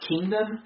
kingdom